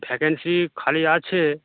vacancy খালি আছে